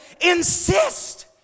insist